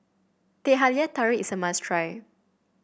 Teh Halia Tarik is a must try